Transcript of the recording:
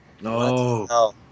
No